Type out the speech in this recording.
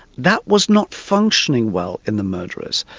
that was not functioning well in the murderers.